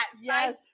Yes